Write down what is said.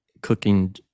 cooking